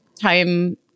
time